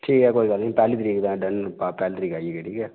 ठीक ऐ पैह्ली तरीक दा डन भी पैह्ली तरीक आई जायो ठीक ऐ